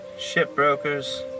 Shipbrokers